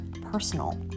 personal